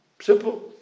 Simple